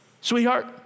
Sweetheart